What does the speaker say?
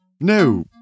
No